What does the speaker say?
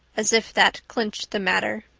as if that clinched the matter.